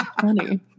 funny